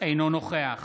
אינו נוכח